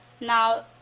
Now